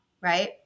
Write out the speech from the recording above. Right